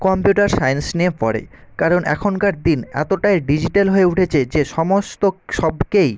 computer science নিয়ে পড়ে কারণ এখনকার দিন এতোটাই ডিজিটাল হয়ে উঠেছে যে সমস্ত সবকেই